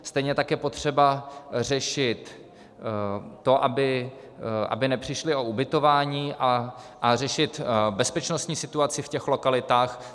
Stejně tak je potřeba řešit to, aby nepřišli o ubytování, a řešit bezpečnostní situaci v těch lokalitách.